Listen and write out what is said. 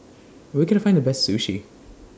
Where Can I Find The Best Sushi